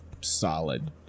solid